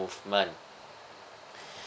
movement